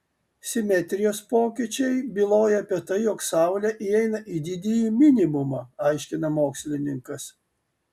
simetrijos pokyčiai byloja apie tai jog saulė įeina į didįjį minimumą aiškina mokslininkas